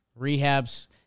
rehabs